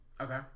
Okay